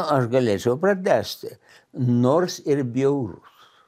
aš galėčiau pratęsti nors ir bjaurus